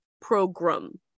program